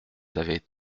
avaient